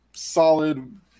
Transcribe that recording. solid